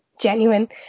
genuine